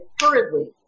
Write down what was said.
hurriedly